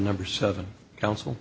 number seven counsel